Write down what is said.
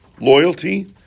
loyalty